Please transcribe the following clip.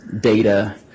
data